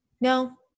No